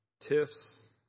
tiffs